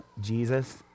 Jesus